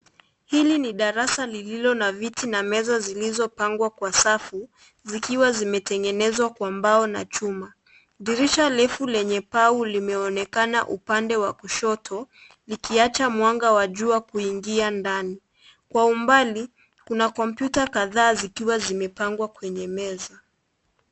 Hili ni darasa lililo na viti na meza zilizopangwa kwa safu zimetengenezwa kwa mbao na chuma. Dirisha refu lenye pau linaonekana upande wa kushoto likiacha mwanga wa jua kuingia ndani. Kwa umbali kuna kompyuta kadhaa zikiwa zimepangwa kwenye meza.